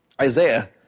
Isaiah